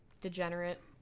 degenerate